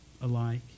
alike